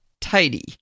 Tidy